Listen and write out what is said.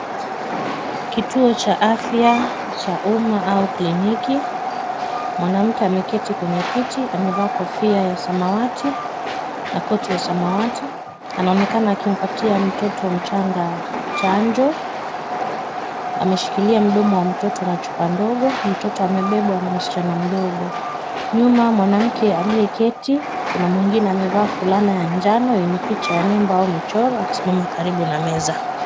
Kituo cha afya cha umma au kliniki , mwanamke ameketi kwenye kiti amevaa kofia ya samawati na koti ya samawati. Anaonekana akimpatia mtoto mchanga chanjo. Ameshikilia mdomo wa mtoto na chupa ndogo, mtoto amebebwa na msichana mdogo. Nyuma mwanamke aliyeketi, kuna mwengine amevaa fulana ya njano yenye picha ya nembo au mchoro akisimama karibu na meza.